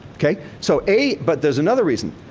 ok? so, a. but there's another reason.